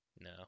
No